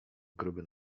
gruby